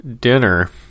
dinner